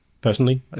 Personally